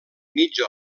mitja